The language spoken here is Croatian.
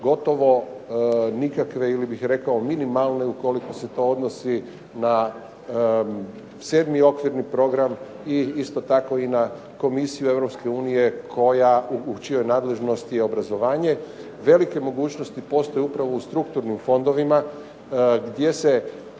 gotovo nikakve ili bih rekao minimalne ukoliko se to odnosi na 7. Okvirni program i isto tako na Komisiju Europske unije u čijoj nadležnosti je obrazovanje, velike mogućnosti postoje upravo u strukturnim fondovima, gdje se